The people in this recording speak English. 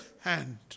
hand